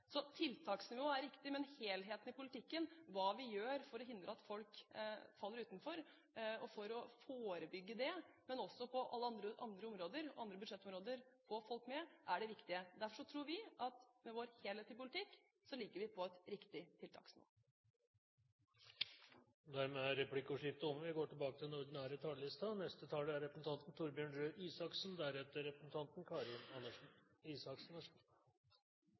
Tiltaksnivået er riktig, men helheten i politikken, hva vi gjør for å hindre at folk faller utenfor og forebygge det, og hva vi gjør på alle andre områder, andre budsjettområder, for få folk med, er det viktige. Derfor tror vi at vi med vår helhetlige politikk ligger på et riktig tiltaksnivå. Replikkordskiftet er over. Herøya Industripark i Porsgrunn kan for så vidt stå som et bilde på Norge – et Norge i miniatyr. Litt enkelt sagt: For 30 år siden var Herøya Industripark og Porsgrunn kommune så